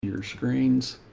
your screens.